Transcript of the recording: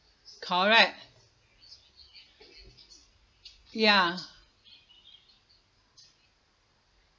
correct ya